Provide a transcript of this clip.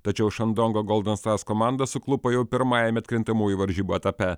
tačiau šandongo golden stars komanda suklupo jau pirmajame atkrintamųjų varžybų etape